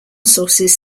sources